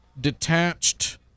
detached